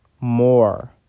more